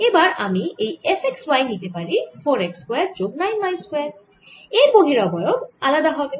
এবার আমি এই f x y নিতে পারি 4 x স্কয়ার যোগ 9 y স্কয়ার এর বহিরবয়ব আলাদা হবে